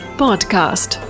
podcast